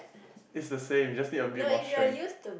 is the same you just need a bit more strength